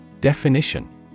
Definition